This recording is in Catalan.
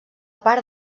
part